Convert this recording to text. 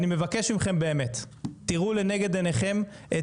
ואני מבקש ממכם באמת תראו לנגד עיניכם את